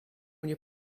nie